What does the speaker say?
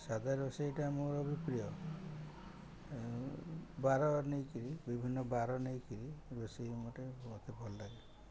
ସାଦା ରୋଷେଇଟା ମୋର ବି ପ୍ରିୟ ବାର ନେଇକିରି ବିଭିନ୍ନ ବାର ନେଇକିରି ରୋଷେଇ ମୋତେ ମତେ ଭଲ ଲାଗେ